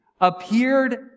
appeared